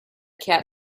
cat